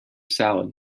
salad